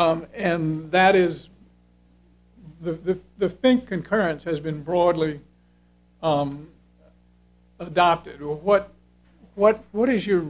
and that is the the bank concurrence has been broadly adopted or what what what is your